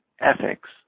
ethics